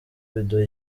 biduha